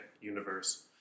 universe